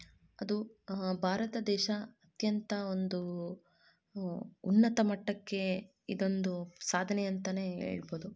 ಅದು ಭಾರತ ದೇಶ ಅತ್ಯಂತ ಒಂದು ಉನ್ನತ ಮಟ್ಟಕ್ಕೆ ಇದೊಂದು ಸಾಧನೆ ಅಂತನೇ ಹೇಳ್ಬೊದು